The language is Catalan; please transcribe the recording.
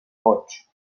boig